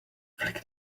flick